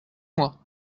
moi